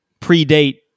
predate